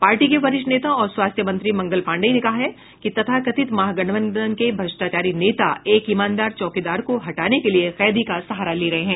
party के वरिष्ठ नेता और स्वास्थ्य मंत्री मंगल पांडेय ने कहा है कि तथाकथित महागठबंधन के भ्रष्टाचारी नेता एक ईमानदार चौकीदार को हटाने के लिए कैदी का सहारा ले रहे हैं